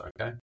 okay